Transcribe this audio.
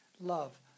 Love